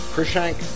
Krishank